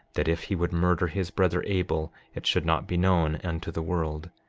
that if he would murder his brother abel it should not be known unto the world.